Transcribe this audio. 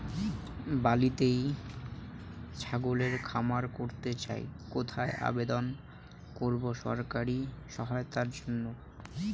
বাতিতেই ছাগলের খামার করতে চাই কোথায় আবেদন করব সরকারি সহায়তার জন্য?